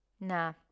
nah